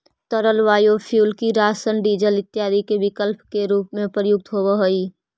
तरल बायोफ्यूल किरासन, डीजल इत्यादि के विकल्प के रूप में प्रयुक्त होवऽ हई